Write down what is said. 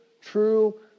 True